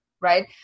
Right